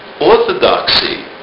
Orthodoxy